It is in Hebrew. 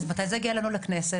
אז מתי זה יגיע אלינו לכנסת?